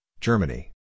Germany